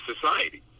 society